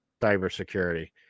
cybersecurity